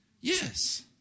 Yes